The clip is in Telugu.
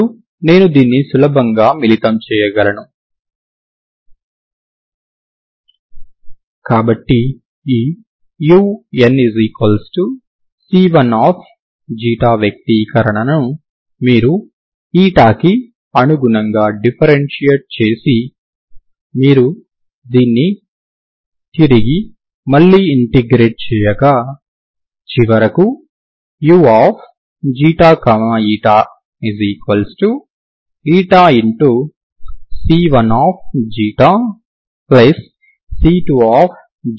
ఇప్పుడు నేను దీన్ని సులభంగా మిళితం చేయగలను కాబట్టి ఈ uC1 వ్యక్తీకరణను మీరు కి అనుగుణంగా డిఫరెన్షియేట్ చేసి మీరు దీన్ని తిరిగి మళ్లీ ఇంటిగ్రేట్ చేయగా చివరకు uξηC1C2 లభిస్తుంది